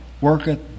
worketh